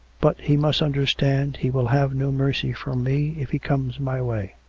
but he must understand he will have no mercy from me, if he comes my way.